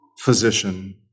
physician